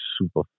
super